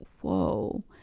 whoa